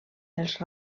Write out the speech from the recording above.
els